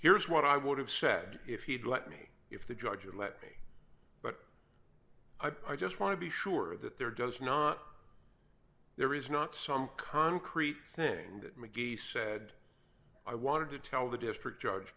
here's what i would have said if he'd let me if the judge would let me but i just want to be sure that there does not there is not some concrete thing that mcgee said i wanted to tell the district judge